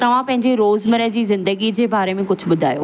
तव्हां पंहिंजे रोज़मरह जी ज़िंदगी जे बारे में कुझु ॿुधायो